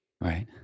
right